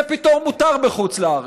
זה פתאום מותר בחוץ-לארץ.